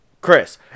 chris